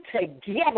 together